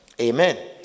Amen